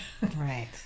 Right